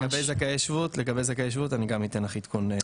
לגבי זכאי שבות אני גם אתן לך עדכון.